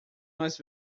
mais